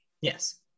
Yes